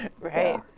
Right